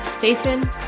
jason